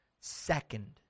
Second